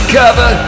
cover